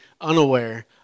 unaware